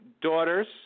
daughters